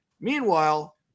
Meanwhile